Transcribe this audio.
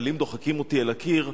אבל אם דוחקים אותי אל הקיר,